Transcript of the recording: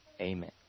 Amen